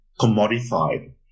commodified